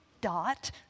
Dot